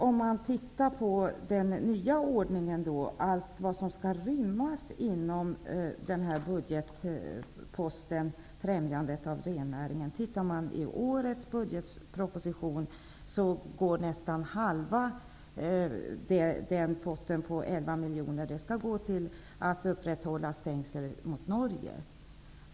Om man sedan ser till den nya ordningen upptäcker man allt som skall rymmas inom denna budgetpost Främjande av rennäringen. Tittar man i årets budgetproposition ser man att nästan halva potten på 11 miljoner skall gå till att upprätthålla stängsel mot Norge.